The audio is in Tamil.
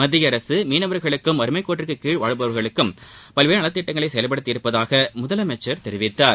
மத்திய அரசு மீனவர்களுக்கும் வறுமைக்கோட்டிற்கு கீழ் வாழ்பவர்களுக்கும் பல்வேறு நலத்திட்டங்களை செயல்படுத்தியுள்ளதாக முதலமைச்சர் தெரிவித்தார்